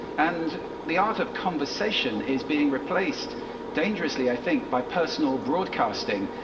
and the art of conversation is being replaced dangerously, i think by personal broadcasting.